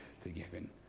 forgiven